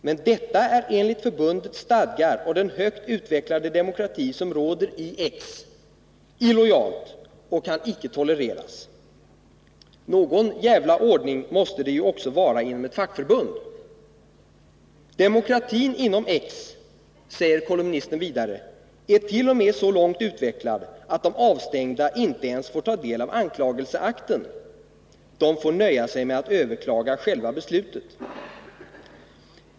Men detta är enligt förbundets stadgar och den högt utvecklade demokrati som råder i ——- —-illojalt och kan icke tolereras. Någon jävla ordning måste det ju också vara inom ett fackförbund. Demokratin inom —--”— säger kolumnisten vidare — ”är till och med så långt utvecklad att de avstängda inte ens får ta del av anklagelseakten. De får nöja sig med att överklaga själva beslutet.